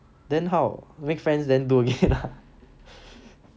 then how make friends then